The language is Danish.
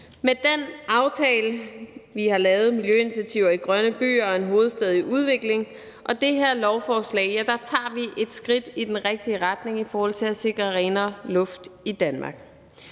Med den aftale, vi har lavet, »Miljøinitiativer i grønne byer og en hovedstad i udvikling«, og det her lovforslag tager vi et skridt i den rigtige retning i forhold til at sikre renere luft i Danmark.